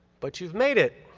but you've made it.